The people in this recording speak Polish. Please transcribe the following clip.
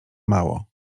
mało